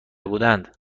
بودند